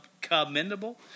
commendable